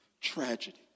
tragedy